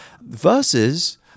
versus